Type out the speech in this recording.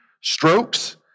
strokes